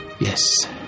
Yes